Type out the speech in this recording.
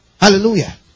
Hallelujah